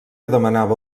demanava